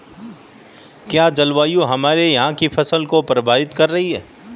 क्या जलवायु हमारे यहाँ की फसल को प्रभावित कर रही है?